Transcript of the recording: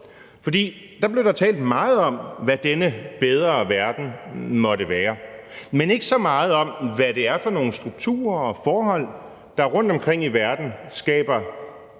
der blev der talt meget om, hvad denne bedre verden måtte være, men ikke så meget om, hvad det er for nogle strukturer og forhold, der rundtomkring i verden skaber